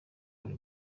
buli